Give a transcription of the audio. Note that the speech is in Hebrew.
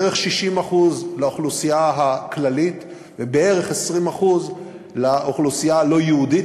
בערך 60% לאוכלוסייה הכללית ובערך 20% לאוכלוסייה הלא-יהודית.